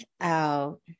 out